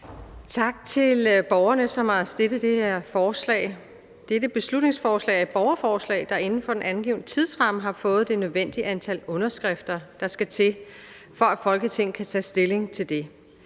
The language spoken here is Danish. Tak til borgerne, som har fået det her beslutningsforslag fremsat. Dette beslutningsforslag er et borgerforslag, der inden for den angivne tidsramme har fået det nødvendige antal underskrifter, der skal til, for at Folketinget kan tage stilling til det.